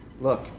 look